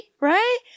Right